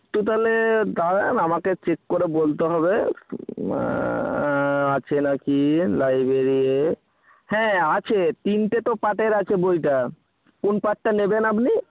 একটু তাহলে দাঁড়ান আমাকে চেক করে বলতে হবে আছে নাকি লাইব্রেরিতে হ্যাঁ আছে তিনটে তো পার্টের আছে বইটা কোন পার্টটা নেবেন আপনি